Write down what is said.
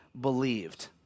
believed